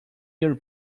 your